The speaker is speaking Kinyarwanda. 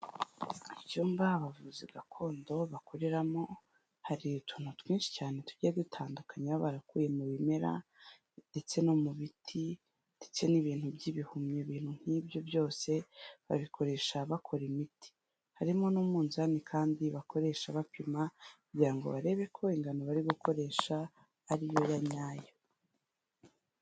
Icyumba abavuzi gakondo bakoreramo, hari utuntu twinshi cyane tugiye dutandukanya baba barakuye mu bimera, ndetse no mu biti, ndetse n'ibintu by'ibihumyo ibintu nk'ibyo byose, babikoresha bakora imiti, harimo n'umunzani kandi bakoresha bapima, kugira ngo barebe ko ingano bari gukoresha ariyo ya nyayo.